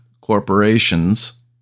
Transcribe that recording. corporations